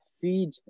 feed